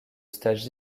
stage